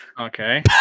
Okay